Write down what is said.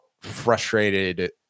frustrated